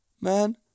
man